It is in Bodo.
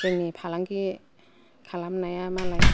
जोंनि फालांगि खालामनाया मालाय